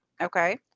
Okay